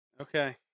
Okay